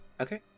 Okay